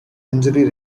injury